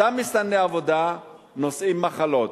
אותם מסתנני עבודה נושאים מחלות.